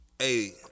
Hey